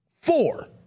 four